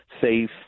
safe